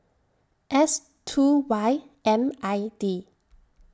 S two Y M I D